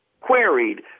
queried